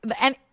and-